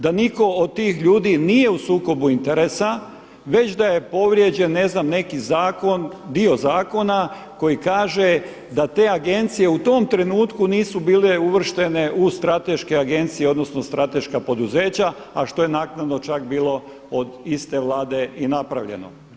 Da nitko od tih ljudi nije u sukobu interesa, već da je povrijeđen ne znam neki zakon, dio zakona koji kaže da te agencije u tom trenutku nisu bile uvrštene u strateške agencije, odnosno strateška poduzeća a što je naknadno čak bilo od iste Vlade i napravljeno.